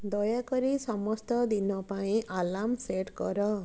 ଦୟାକରି ସମସ୍ତ ଦିନ ପାଇଁ ଆଲାର୍ମ ସେଟ୍ କର